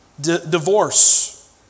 Divorce